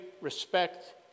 respect